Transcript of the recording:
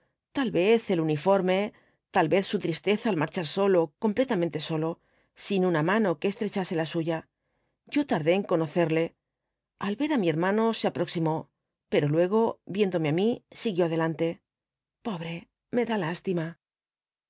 tal vez el uniforme tal vez su tristeza al marchar solo completamente solo sin una mano que estrechase la suya yo tardé en conocerle al ver á mi hermano se aproximó pero luego viéndome á mí siguió adelante pobre me da lástima